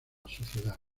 sociedad